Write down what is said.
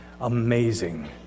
amazing